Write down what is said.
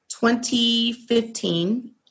2015